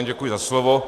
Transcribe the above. Děkuji za slovo.